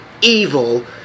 evil